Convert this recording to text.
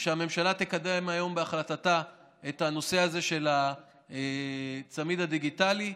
ושהממשלה תקדם היום בהחלטתה את הנושא הזה של הצמיד הדיגיטלי.